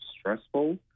stressful